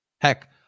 Heck